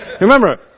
Remember